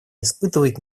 испытывает